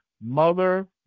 Mother